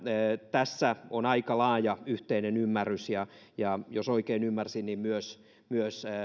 tässä on aika laaja yhteinen ymmärrys ja ja jos oikein ymmärsin niin myös myös